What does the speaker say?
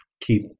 Keep